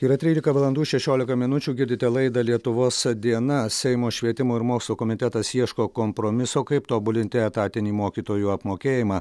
yra trylika valandų šešiolika minučių girdite laidą lietuvos diena seimo švietimo ir mokslo komitetas ieško kompromiso kaip tobulinti etatinį mokytojų apmokėjimą